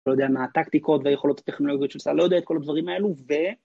‫לא יודע, מהטקטיקות והיכולות ‫הטכנולוגיות של צה״ל, ‫לא יודע את כל הדברים האלו, ו...